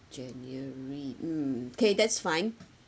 january mm okay that's fine